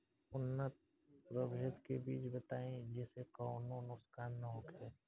उन्नत प्रभेद के बीज बताई जेसे कौनो नुकसान न होखे?